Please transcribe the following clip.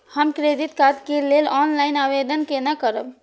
हम credit card के लेल ऑनलाइन आवेदन केना करब?